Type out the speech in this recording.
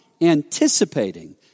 anticipating